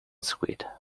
sweet